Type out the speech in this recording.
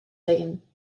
zeggen